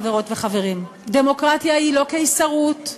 חברות וחברים: דמוקרטיה היא לא קיסרות,